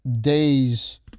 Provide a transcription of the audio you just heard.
days